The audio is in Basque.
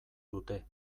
dute